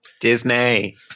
Disney